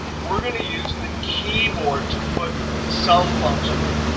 we're going to use the keyboard to put the sum function in.